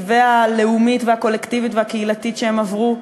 והלאומית והקולקטיבית והקהילתית שהם עברו?